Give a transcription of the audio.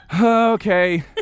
Okay